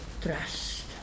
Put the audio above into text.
trust